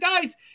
guys